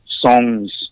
songs